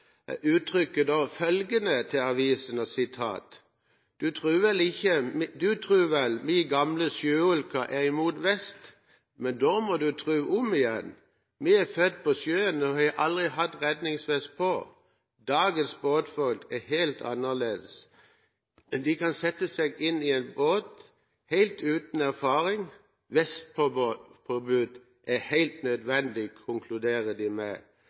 uttrykker følgende til avisen: «Du tror vel vi gamle sjøulkene er mot påbud. Men da må du tro om igjen.» Og videre: «Vi er født på sjøen og har aldri hatt redningsvest på. Dagens båtfolk er helt annerledes enn før. Folk kan sette seg i en småbåt helt uten erfaring. Vest-påbud er helt nødvendig», konkluderer de med.